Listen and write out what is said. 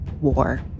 War